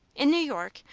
in new york,